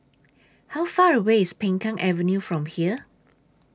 How Far away IS Peng Kang Avenue from here